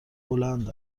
بلند